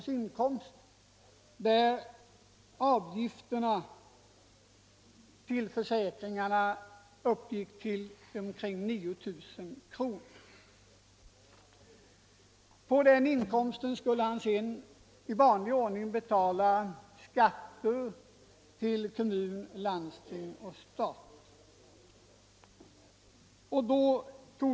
i inkomst, vars avgifter till försäkringarna uppgick till omkring 9 000 kr. På den inkomsten skulle han sedan i vanlig ordning betala skatter till kommun, landsting och stat.